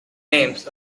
names